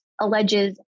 alleges